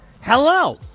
Hello